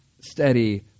steady